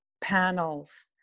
panels